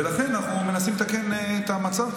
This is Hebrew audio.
ולכן אנחנו מנסים לתקן את המצב,